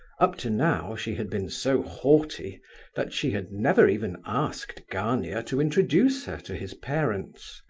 up to now she had been so haughty that she had never even asked gania to introduce her to his parents.